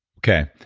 okay.